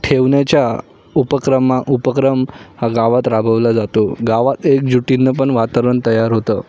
ठेवण्याच्या उपक्रम उपक्रम हा गावात राबवला जातो गावात एकजुटीनं पण वातावरण तयार होतं